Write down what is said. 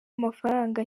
amafaranga